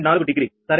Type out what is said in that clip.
four degree సరేనా